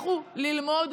לכו ללמוד.